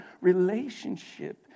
relationship